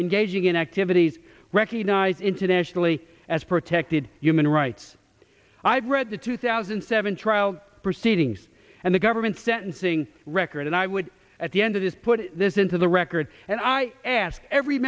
engaging in activities recognized internationally as protected human rights i've read the two thousand and seven trial proceedings and the government's sentencing record and i would at the end of this put this into the record and i ask every